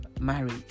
married